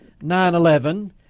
9-11